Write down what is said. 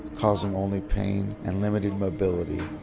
causing only pain and limited mobility,